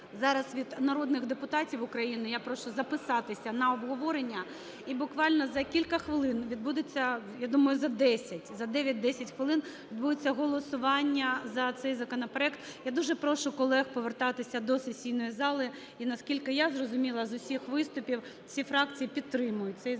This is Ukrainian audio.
Зараз від народних депутатів України я прошу записатися на обговорення. І буквально за кілька хвилин відбудеться, я думаю, за 10, за 9-10 хвилин відбудеться голосування за цей законопроект. Я дуже прошу колег повертатися до сесійної зали. І наскільки я зрозуміла, з усіх виступів, всі фракції підтримують цей законопроект.